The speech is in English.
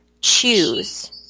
choose